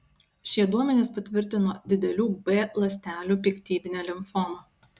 šie duomenys patvirtino didelių b ląstelių piktybinę limfomą